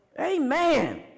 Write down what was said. Amen